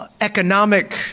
economic